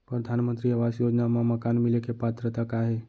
परधानमंतरी आवास योजना मा मकान मिले के पात्रता का हे?